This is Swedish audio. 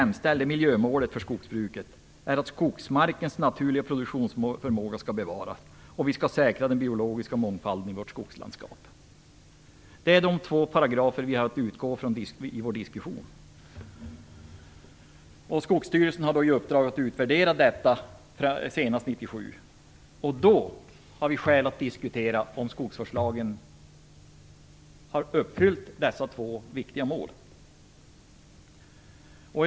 Miljömålet för skogsbruket är att skogsmarkens naturliga produktionsförmåga skall bevaras och att vi skall säkra den biologiska mångfalden i vårt skogslandskap. Det är de två paragrafer som vi har att utgå från i vår diskussion. Skogsstyrelsen har i uppdrag att senast 1997 utvärdera effekterna av den nya skogspolitiken. Då har vi skäl att diskutera om skogsvårdslagen har uppfyllt dessa två viktiga mål.